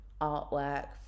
artwork